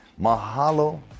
Mahalo